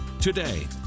today